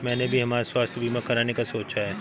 मैंने भी हमारा स्वास्थ्य बीमा कराने का सोचा है